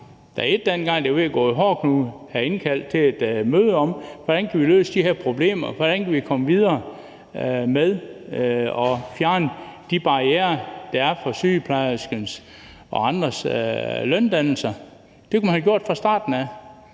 fra dag et, dengang det var ved at gå i hårdknude, have indkaldt til et møde om, hvordan vi kunne løse de her problemer, og hvordan vi kunne komme videre med at fjerne de barrierer, der er for sygeplejerskernes og andres løndannelse. Det kunne man have gjort fra starten af,